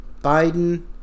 Biden